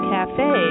Cafe